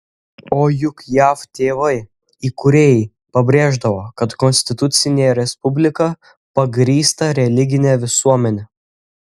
o juk jav tėvai įkūrėjai pabrėždavo kad konstitucinė respublika pagrįsta religine visuomene